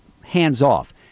hands-off